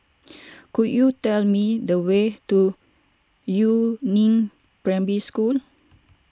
could you tell me the way to Yu Neng Primary School